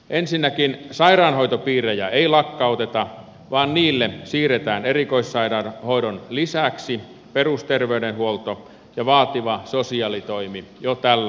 ensinnäkin sairaanhoitopiirejä ei lakkauteta vaan niille siirretään erikoissairaanhoidon lisäksi perusterveydenhuolto ja vaativa sosiaalitoimi jo tällä vaalikaudella